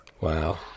Wow